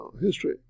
history